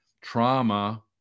trauma